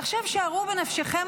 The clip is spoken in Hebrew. עכשיו שערו בנפשכם,